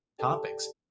topics